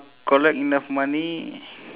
collect enough money